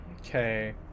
Okay